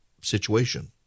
situation